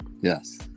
Yes